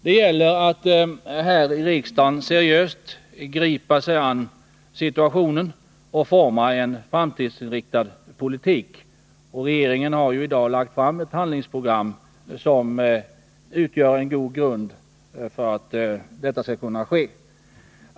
Det gäller att här i riksdagen seriöst gripa sig an situationen och forma en framtidsinriktad politk. Regeringen har ju i dag lagt fram ett handlingsprogram, som utgör en god grund för detta.